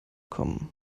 kommen